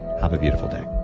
have a beautiful day